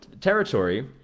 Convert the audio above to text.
territory